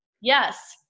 Yes